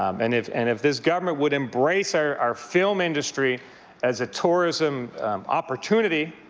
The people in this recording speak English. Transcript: um and if and if this government would embrace our our film industry as a tourism opportunity,